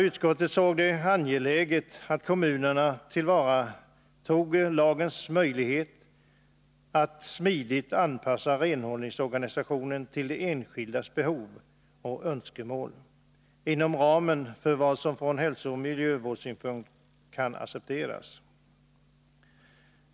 Utskottet såg det som angeläget att kommunerna skulle tillvarata lagens möjlighet att smidigt anpassa renhållningsorganisationen till de enskildas behov och önskemål, inom ramen för vad som från hälsooch miljövårdssynpunkt kan accepteras.